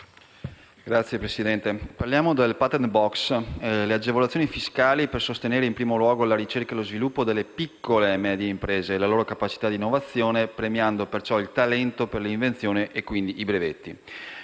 quando si parla di *patent box* pensiamo ad agevolazioni fiscali per sostenere in primo luogo la ricerca e lo sviluppo delle piccole e medie imprese e la loro capacità di innovazione, premiando perciò il talento per le invenzioni e quindi i brevetti.